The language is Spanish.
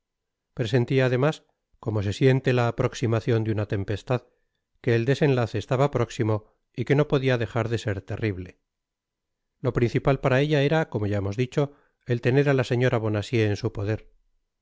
presentia además como se siente la aproximacion de una tempestad que el desenlace estaba próximo y que no podia dejar de ser terrible lo principal para ella era como ya hemos dicho el tener á la señora bonacieux en su poder